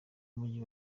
umujyi